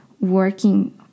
working